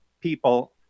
people